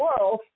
world